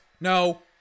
No